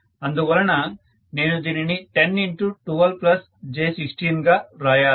అందువలన నేను దీనిని 1012j16 గా వ్రాయాలి